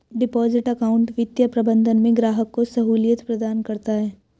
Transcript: deposit account वित्तीय प्रबंधन में ग्राहक को सहूलियत प्रदान करता है